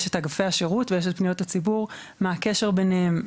יש את אגפי השירות ויש את פניות הציבור מה הקשר ביניהם,